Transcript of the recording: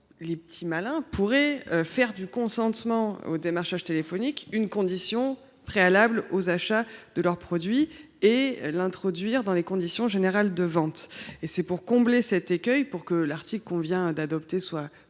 de petits malins pourraient faire du consentement au démarchage téléphonique une condition préalable à l’achat de leurs produits et l’introduire dans leurs conditions générales de vente. C’est pour éviter cela et pour que l’article que nous venons d’adopter soit